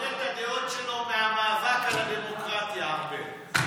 לבודד את הדעות שלו מהמאבק על הדמוקרטיה, ארבל.